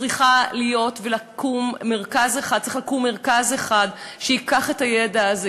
צריך לקום מרכז אחד שייקח את הידע הזה.